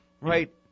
right